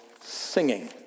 singing